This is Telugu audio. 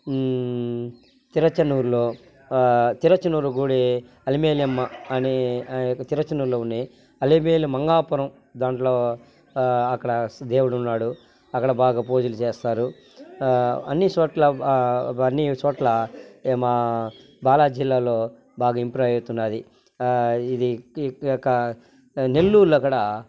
తిరచనూరులో తిరచనూరు గుడి అలివేలమ్మ అనే ఆ యొక్క తిరుచనూరులో గుడి అలివేలు మంగాపురం దాంట్లో అక్కడ దేవుడు ఉన్నాడు అక్కడ బాగా పూజలు చేస్తారు అన్నిచోట్ల అన్నీచోట్ల మా బాలాజీ జిల్లాలో బాగా ఇంప్రూవ్ అవుతున్నది ఇది ఇకక నెల్లూరులో కూడా